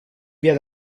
via